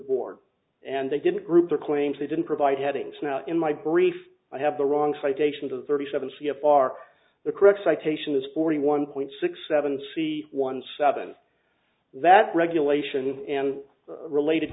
board and they didn't group their claims they didn't provide headings now in my brief i have the wrong citations of thirty seven c f r the correct citation is forty one point six seven c one seven that regulation and related